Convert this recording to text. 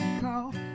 call